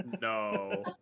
No